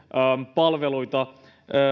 palveluita